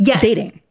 dating